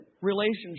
relationship